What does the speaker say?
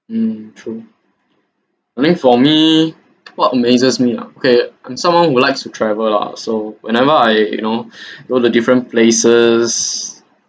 mm true I think for me what amazes me ah okay I'm someone who likes to travel lah so whenever I you know you know the different places